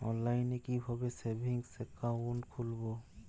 অনলাইনে কিভাবে savings account খুলবো?